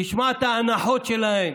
תשמע את האנחות שלהן,